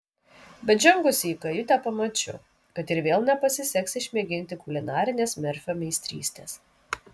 bet žengusi į kajutę pamačiau kad ir vėl nepasiseks išmėginti kulinarinės merfio meistrystės